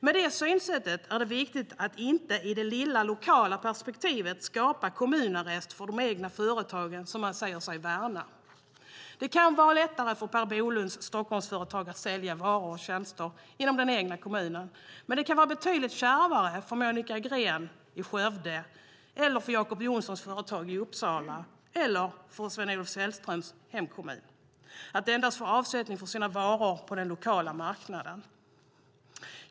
Med det synsättet är det viktigt att inte i det lilla lokala perspektivet skapa kommunarrest för de egna företagen som man säger sig värna. Det kan vara lätt för Per Bolunds Stockholmsföretag att sälja varor och tjänster inom den egna kommunen. Det kan vara betydligt kärvare för Monica Greens i Skövde, för Jacob Johnssons företag i Uppsala eller för Sven-Olof Sällströms hemkommun att endast få avsättning för sina varor på den lokala marknaden.